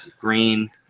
green